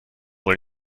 wohl